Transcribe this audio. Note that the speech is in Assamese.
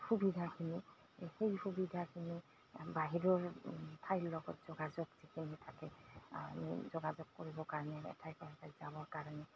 সুবিধাখিনি সেই সুবিধাখিনি বাহিৰৰ ঠাইৰ লগত যোগাযোগ যিখিনি থাকে যোগাযোগ কৰিবৰ কাৰণে এঠাইত যাবৰ কাৰণে